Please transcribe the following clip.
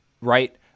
right